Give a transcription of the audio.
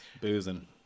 boozing